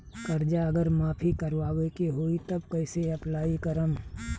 कर्जा अगर माफी करवावे के होई तब कैसे अप्लाई करम?